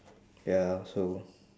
ya so